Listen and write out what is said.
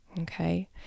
Okay